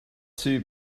too